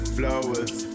flowers